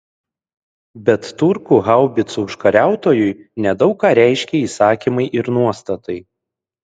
bet turkų haubicų užkariautojui nedaug ką reiškė įsakymai ir nuostatai